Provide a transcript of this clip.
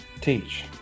Teach